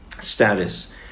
status